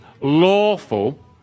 lawful